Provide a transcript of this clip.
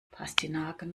pastinaken